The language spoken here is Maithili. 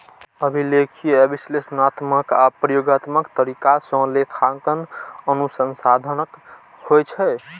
अभिलेखीय, विश्लेषणात्मक आ प्रयोगात्मक तरीका सं लेखांकन अनुसंधानक होइ छै